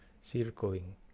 circling